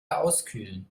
auskühlen